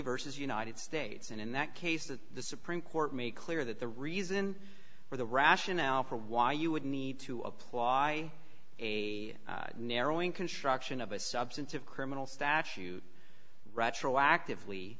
versus united states and in that case that the supreme court made clear that the reason for the rationale for why you would need to apply a narrowing construction of a substantive criminal statute retroactive